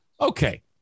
Okay